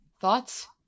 Thoughts